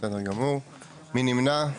מי נמנע?